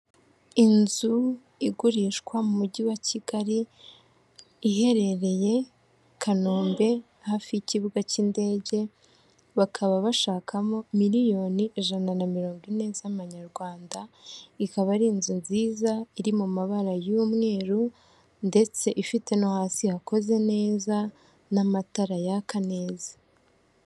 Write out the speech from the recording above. Inzu igurishwa mu mujyi wa Kigali, iherereye Kanombe hafi y'ikibuga cy'indege, bakaba bashakamo miliyoni ijana na mirongo ine z'amanyarwanda, ikaba ari inzu nziza iri mu mabara y'umweru ndetse ifite no hasi yakoze neza n'amatara yaka neza.